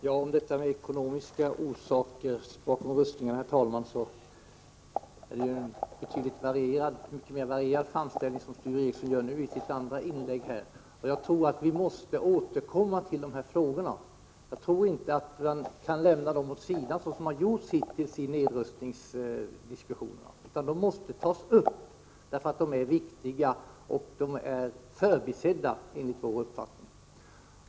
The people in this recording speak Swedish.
Herr talman! Sture Ericson hade i sitt andra inlägg en betydligt mer nyanserad framtoning i frågan om ekonomiska orsaker bakom rustningarna. Vi måste återkomma till dessa frågor. Man kan inte lämna dem åt sidan på det sätt som har skett hittills i nedrustningsdiskussionerna. De måste tas upp, för de är viktiga, och de är enligt vår uppfattning också förbisedda.